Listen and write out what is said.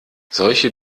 solche